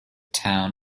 town